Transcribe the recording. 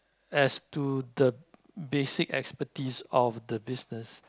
as to the basic expertise of the business